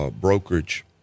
brokerage